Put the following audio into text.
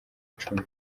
cumi